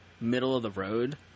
middle-of-the-road